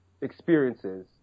experiences